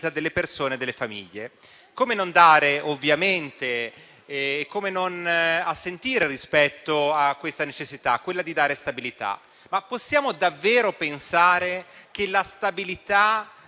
delle persone e delle famiglie». Come non assentire rispetto a questa necessità, quella di dare stabilità? Ma possiamo davvero pensare che la stabilità